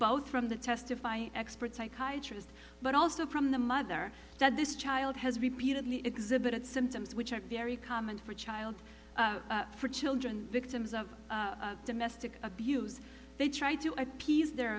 both from the testify experts psychiatry's but also from the mother that this child has repeatedly exhibit symptoms which are very common for a child for children victims of domestic abuse they try to appease their